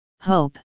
hope